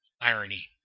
irony